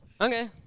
Okay